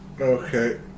Okay